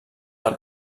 del